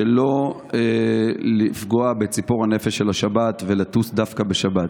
שלא לפגוע בציפור הנפש של השבת ולטוס דווקא בשבת,